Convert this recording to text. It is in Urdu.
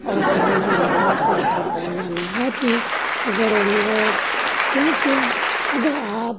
اور تعلیمی لباس آپ کا پہننا نہایت ہی ضروری ہے کیونکہ اگر آپ